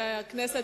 חברי הכנסת,